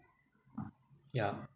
yeah